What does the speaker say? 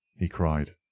he cried.